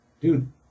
dude